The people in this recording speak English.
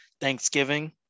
Thanksgiving